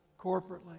corporately